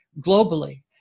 globally